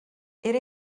era